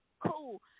cool